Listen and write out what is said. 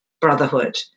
brotherhood